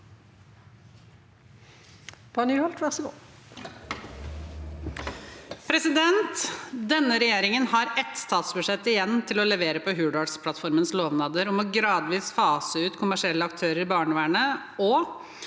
Denne regjeringen har ett statsbudsjett igjen til å levere på Hurdalsplattformens lovnader om gradvis å fase ut kommersielle aktører i barnevernet og